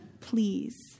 please